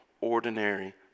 ordinary